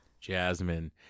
Jasmine